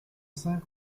cinq